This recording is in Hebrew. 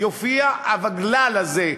יופיע ה"ווגל"ל" הזה,